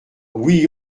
oui